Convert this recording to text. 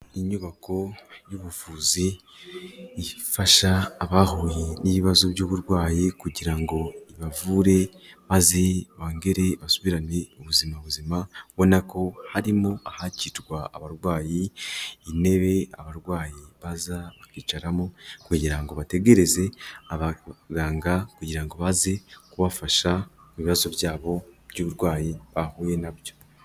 Inyubako y'ubuvuzi ifasha abahuye n'ibibazo by'uburwayi kugira ngo ibavure maze bongere basubirane ubuzima buzima, ubona ko harimo ahakirwa abarwayi, intebe abarwayi baza bakicaramo kugira ngo bategereze abaganga kugira ngo baze kubafasha ibibazo byabo by'uburwayi bahuye nabyo.